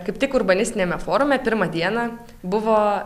kaip tik urbanistiniame forume pirmą dieną buvo